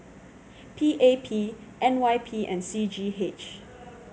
P A P N Y P and C G H